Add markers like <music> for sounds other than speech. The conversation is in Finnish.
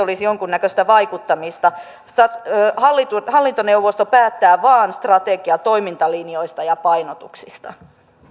<unintelligible> olisi jonkunnäköistä vaikuttamista hallintoneuvosto päättää vain strategian toimintalinjoista ja painotuksista